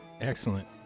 Excellent